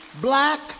black